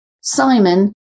simon